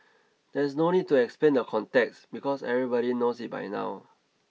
there's no need to explain the context because everybody knows it by now